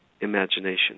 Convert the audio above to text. imagination